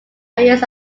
arias